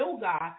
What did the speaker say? God